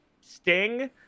sting